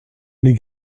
les